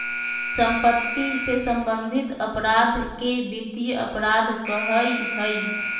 सम्पत्ति से सम्बन्धित अपराध के वित्तीय अपराध कहइ हइ